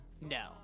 No